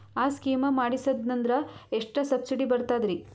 ಆ ಸ್ಕೀಮ ಮಾಡ್ಸೀದ್ನಂದರ ಎಷ್ಟ ಸಬ್ಸಿಡಿ ಬರ್ತಾದ್ರೀ?